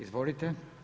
Izvolite.